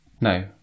no